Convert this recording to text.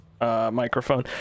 microphone